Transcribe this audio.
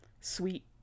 sweet